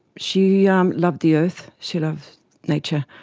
she um loved the earth, she loved nature.